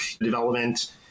development